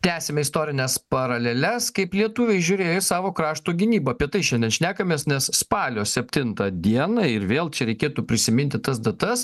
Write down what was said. tęsiame istorines paraleles kaip lietuviai žiūrėjo į savo krašto gynybą apie tai šiandien šnekamės nes spalio septintą dieną ir vėl čia reikėtų prisiminti tas datas